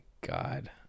God